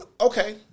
Okay